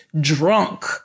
drunk